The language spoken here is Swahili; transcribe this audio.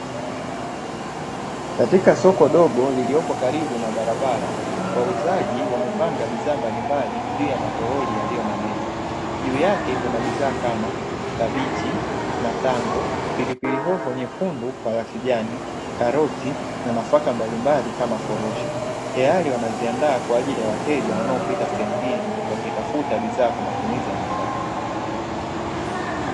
Katika soko dogo lililopo karibu na barabara wauzaji wamepanga bidhaa mbalimbali juu ya matoroli yaliyo na meza. Juu yake kuna bidhaa kama kabichi, matango, pilipili hoho nyekundu kwa ya kijani, karoti na nafaka mbalimbali kama korosho. Tayari wanaziandaa kwa ajili ya wateja wanaopita sehemu hii wakitafuta bidhaa kwa matumizi ya nyumbani.